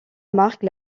marque